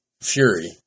Fury